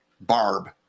barb